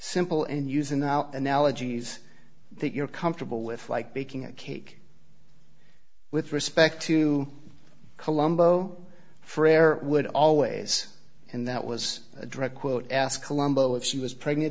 simple and use in our analogies that you're comfortable with like baking a cake with respect to colombo freyr would always and that was a direct quote ask colombo if she was pregnant